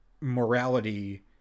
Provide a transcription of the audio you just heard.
morality